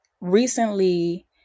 Recently